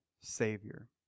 Savior